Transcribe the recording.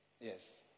Yes